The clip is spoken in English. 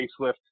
facelift